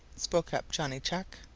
spoke up johnny chuck.